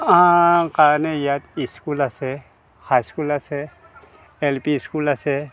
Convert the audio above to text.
কাৰণে ইয়াত স্কুল আছে হাই স্কুল আছে এল পি স্কুল আছে